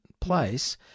place